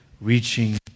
reaching